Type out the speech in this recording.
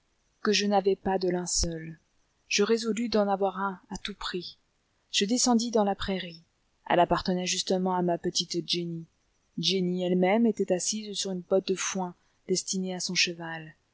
que je n'avais pas de linceul je résolus d'en avoir un à tout prix je descendis dans la prairie elle appartenait justement à ma petite jenny jenny elle-même était assise sur une botte de foin destinée à son cheval